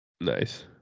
Nice